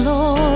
Lord